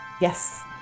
Yes